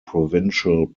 provincial